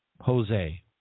Jose